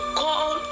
call